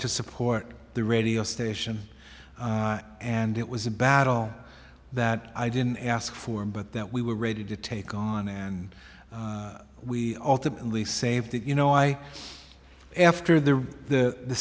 to support the radio station and it was a battle that i didn't ask for but that we were ready to take on and we ultimately saved it you know i after the